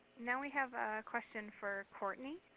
now we have a question for cortney.